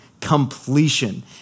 completion